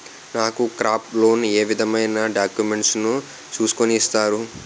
నాకు crop loan ఏ విధమైన డాక్యుమెంట్స్ ను చూస్కుని ఇస్తారు?